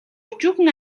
өчүүхэн